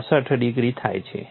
62 degree થાય છે